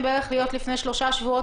להיות ב-30,000 לפני שלושה שבועות,